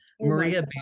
Maria